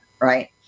right